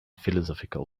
philosophical